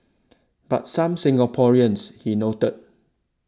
but some Singaporeans he noted